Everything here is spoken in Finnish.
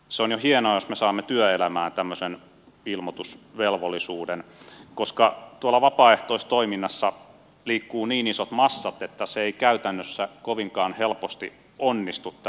se on jo hienoa jos me saamme työelämään tämmöisen ilmoitusvelvollisuuden koska tuolla vapaaehtoistoiminnassa liikkuvat niin isot massat että ilmoittaminen ei käytännössä kovinkaan helposti onnistu